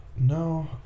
No